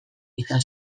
izan